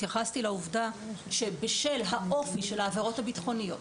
התייחסתי לעובדה שבשל האופי של העבירות הביטחוניות,